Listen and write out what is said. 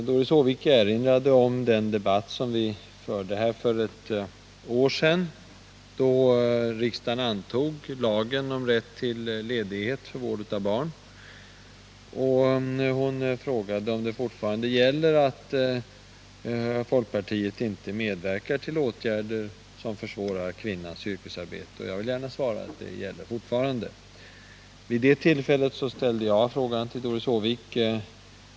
Doris Håvik erinrade om den debatt som vi förde här för ett år sedan, då riksdagen antog lagen om rätt till ledighet för vård av barn, och hon frågade om det fortfarande gäller att folkpartiet inte medverkar till åtgärder som försvårar kvinnans yrkesarbete. Jag vill gärna svara att det gäller fortfarande.